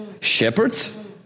shepherds